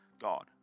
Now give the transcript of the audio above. God